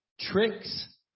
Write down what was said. tricks